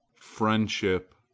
friendship.